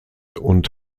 und